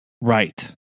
Right